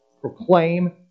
proclaim